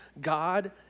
God